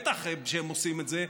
בטח שהם עושים את זה,